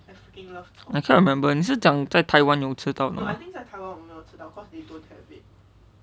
I can't remember 你是讲在台湾有吃到吗